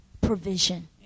provision